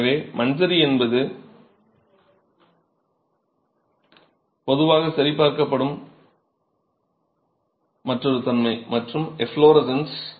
எனவே எஃப்லோரசன்ஸ் என்பது பொதுவாக சரிபார்க்கப்படும் மற்றொரு தன்மை மற்றும் எஃப்லோரசன்ஸ்